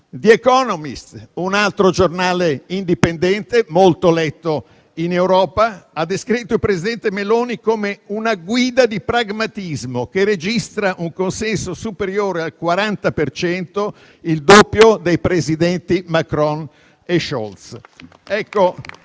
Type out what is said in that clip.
«The Economist», un altro giornale indipendente e molto letto in Europa, ha descritto il presidente Meloni come una guida di pragmatismo, che registra un consenso superiore al 40 per cento, il doppio dei presidenti Macron e Scholz.